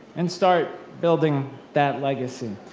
and start building that legacy.